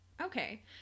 Okay